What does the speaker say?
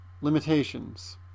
limitations